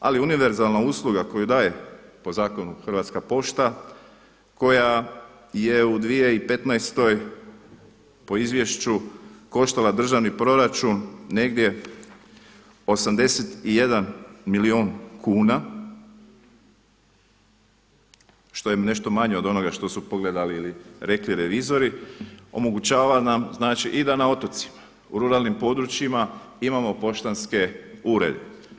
Ali univerzalna usluga koju daje po zakonu Hrvatska pošta, koja je u 2015. po izvješću koštala državni proračun negdje 81 milijun kuna, što je nešto manje od onoga što su pogledali ili rekli revizori, omogućavam nam da i na otocima i ruralnim područjima imamo poštanske urede.